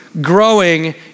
growing